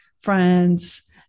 friends